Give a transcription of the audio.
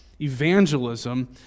Evangelism